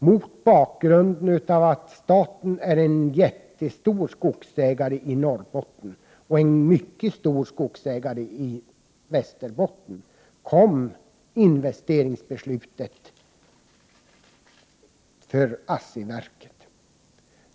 Mot bakgrund av att staten är en jättestor skogsägare i Norrbotten och en mycket stor skogsägare i Västerbotten kom investeringsbeslutet för ASSI-verket.